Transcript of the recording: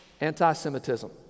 Anti-Semitism